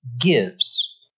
gives